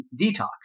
detox